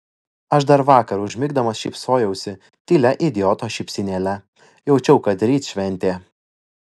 aš dar vakar užmigdamas šypsojausi tylia idioto šypsenėle jaučiau kad ryt šventė